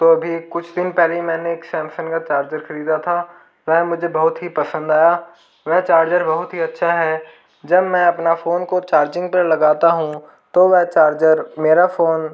तो अभी कुछ दिन पहले ही मैंने एक सैमसंग का चार्जर खरीदा था वह मुझे बहुत ही पसंद आया वह चार्जर बहुत ही अच्छा है जब मैं अपना फोन को चार्जिंग पे लगाता हूँ तो वह चार्जर मेरा फोन